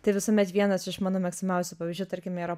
tai visuomet vienas iš mano mėgstamiausių pavyzdžių tarkime yra